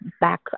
back